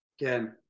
Again